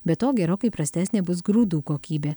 be to gerokai prastesnė bus grūdų kokybė